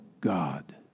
God